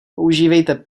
používejte